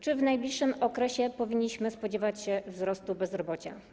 Czy w najbliższym okresie powinniśmy spodziewać się wzrostu bezrobocia?